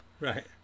Right